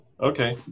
Okay